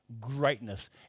greatness